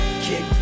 kick